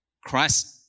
Christ